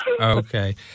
okay